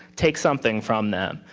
take something from them,